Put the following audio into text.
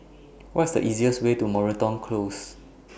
What IS The easiest Way to Moreton Close